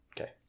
Okay